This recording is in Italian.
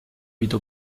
vita